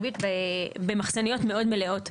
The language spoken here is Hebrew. בריבית במחסניות מאוד מלאות,